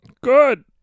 Good